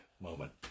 moment